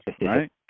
right